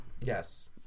Yes